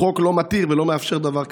החוק לא מתיר ולא מאפשר דבר כזה.